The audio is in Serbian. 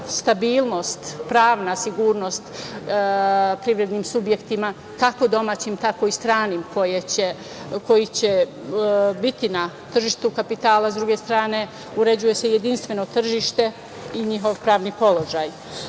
stabilnost, pravna sigurnost privrednim subjektima, kako domaćim, tako i stranim koji će biti na tržištu kapitala, sa druge strane, uređuje se jedinstveno tržište i njihov pravni položaj. Zakon